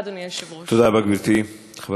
חברת הכנסת תמר זנדברג, בבקשה.